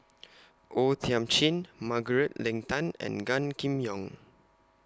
O Thiam Chin Margaret Leng Tan and Gan Kim Yong